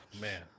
man